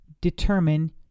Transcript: determine